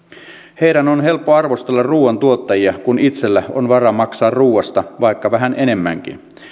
heidän on helppo arvostella ruuantuottajia kun itsellä on varaa maksaa ruuasta vaikka vähän enemmänkin